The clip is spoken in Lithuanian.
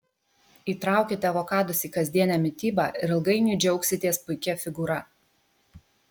įtraukite avokadus į kasdienę mitybą ir ilgainiui džiaugsitės puikia figūra